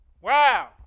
wow